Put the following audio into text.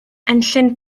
enllyn